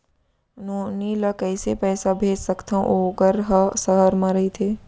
नोनी ल कइसे पइसा भेज सकथव वोकर ह सहर म रइथे?